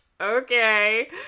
okay